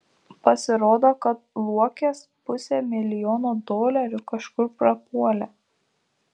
pasirodo kad luokės pusė milijono dolerių kažkur prapuolė